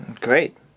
Great